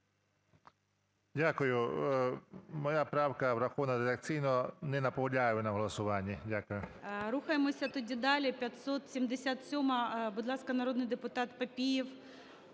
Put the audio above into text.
Дякую. Моя правка врахована редакційно, не наполягаю на голосуванні. Дякую.